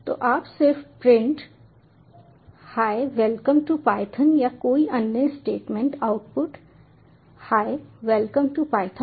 तो आप सिर्फ लिखिए print hi welcome to Python या कोई अन्य statement output hi welcome to Python